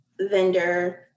vendor